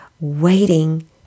waiting